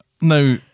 Now